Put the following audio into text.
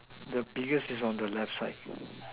the biggest is on the left side